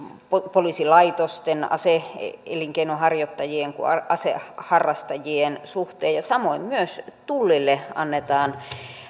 poliisilaitosten ase elinkeinonharjoittajien kuin aseharrastajien suhteen samoin tullille annetaan